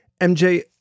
MJ